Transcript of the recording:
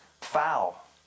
foul